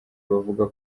bavuga